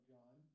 John